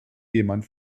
jemand